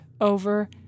over